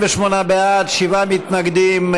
48 בעד, שבעה מתנגדים,